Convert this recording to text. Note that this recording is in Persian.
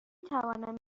توانم